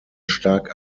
stark